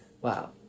Wow